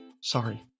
sorry